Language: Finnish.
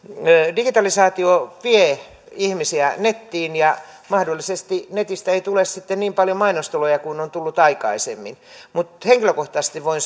digitalisaatio vie ihmisiä nettiin ja mahdollisesti netistä ei tule sitten niin paljon mainostuloja kuin on tullut aikaisemmin mutta henkilökohtaisesti voin